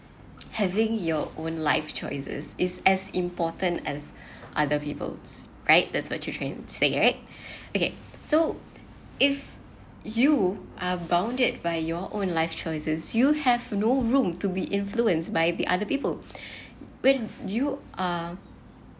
having your own life choices is as important as other people's right that's what you're trying to say right okay so if you are bounded by your own life choices you have no room to be influenced by the other people when you are